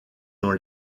dans